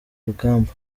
rugamba